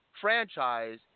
franchise